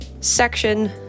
section